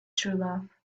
truelove